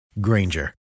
Granger